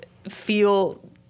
feel